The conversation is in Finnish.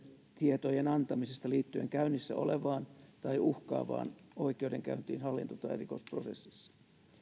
tietojen antamisesta liittyen käynnissä olevaan tai uhkaavaan oikeudenkäyntiin hallinto tai rikosprosessissa